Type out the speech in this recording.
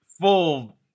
Full